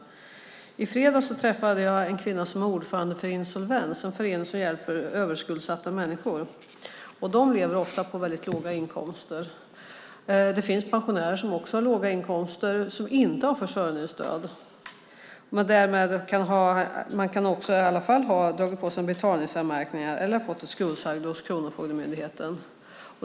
I fredags träffade jag en kvinna som är ordförande för Insolvens, en förening som hjälper överskuldsatta människor. De lever ofta på väldigt låga inkomster. Det finns pensionärer som också har låga inkomster och som inte har försörjningsstöd. Man kan ha dragit på sig betalningsanmärkningar eller fått ett skuldsaldo hos Kronofogdemyndigheten.